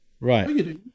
right